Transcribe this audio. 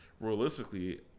realistically